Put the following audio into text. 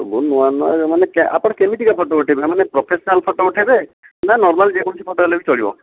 ସବୁ ନୂଆ ନୂଆ ଏ ମାନେ ଆପଣ କେମିତିକା ଫୋଟୋ ଉଠେଇବେ ମାନେ ପ୍ରଫେସନାଲ୍ ଫୋଟୋ ଉଠେଇବେ ନା ନର୍ମାଲ୍ ଯେକୌଣସି ଫୋଟୋ ହେଲେ ବି ଚଳିବ